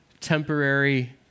temporary